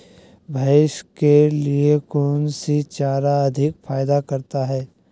भैंस के लिए कौन सी चारा अधिक फायदा करता है?